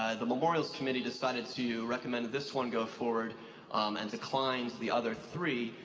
ah the memorials committee decided to recommend this one go forward and declined the other three,